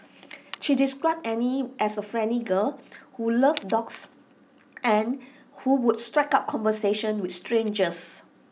she described Annie as A friendly girl who loved dogs and who would strike up conversations with strangers